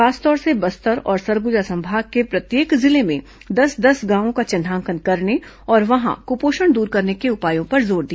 खासतौर से बस्तर और सरगुजा संभाग के प्रत्येक जिले में दस दस गांवों का चिन्हांकन करने और वहां कुपोषण दूर करने के उपायों पर जोर दिया